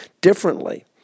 differently